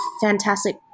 fantastic